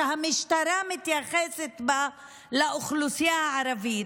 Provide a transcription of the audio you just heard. שעל פיה המשטרה מתייחסת לאוכלוסייה הערבית,